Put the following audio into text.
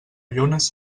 llunes